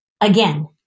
Again